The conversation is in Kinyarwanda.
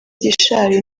gishari